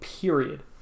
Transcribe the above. period